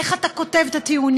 איך אתה כותב את הטיעונים,